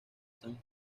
san